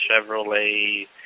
Chevrolet